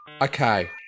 Okay